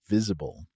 Visible